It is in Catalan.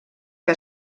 que